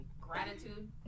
Gratitude